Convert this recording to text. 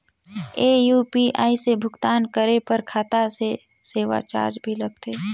ये यू.पी.आई से भुगतान करे पर खाता से सेवा चार्ज भी लगथे?